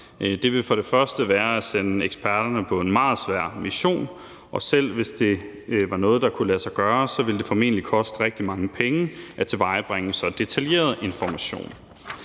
Det vil for det første være at sende eksperterne på en meget svær mission, og selv hvis det var noget, der kunne lade sig gøre, ville det formentlig koste rigtig mange penge at tilvejebringe så detaljeret information.